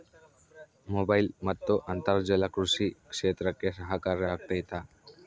Mobile ಮತ್ತು ಅಂತರ್ಜಾಲ ಕೃಷಿ ಕ್ಷೇತ್ರಕ್ಕೆ ಸಹಕಾರಿ ಆಗ್ತೈತಾ?